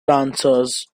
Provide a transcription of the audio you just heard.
dancers